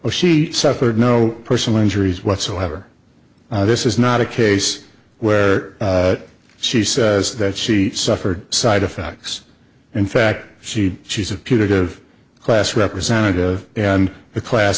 or she suffered no personal injuries whatsoever this is not a case where she says that she suffered side effects in fact she she's a punitive class representative and the class